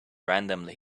randomly